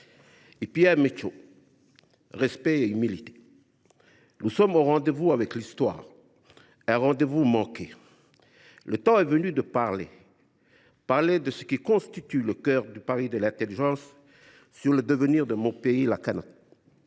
mes chers collègues, : respect et humilité. Nous sommes au rendez vous avec l’histoire, un rendez vous manqué… Le temps est venu de parler, de parler de ce qui constitue le cœur du pari de l’intelligence sur le devenir de mon pays, la Kanaky.